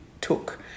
took